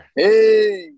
hey